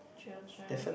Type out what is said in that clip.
children